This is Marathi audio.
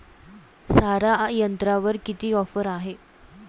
सारा यंत्रावर किती ऑफर आहे?